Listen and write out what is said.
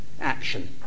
action